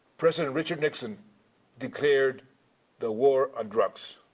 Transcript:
president richard nixon declared the war on drugs.